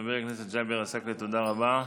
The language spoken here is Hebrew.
חבר הכנסת ג'אבר עסאקלה, תודה רבה.